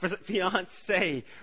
fiance